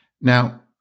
Now